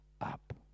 up